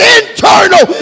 internal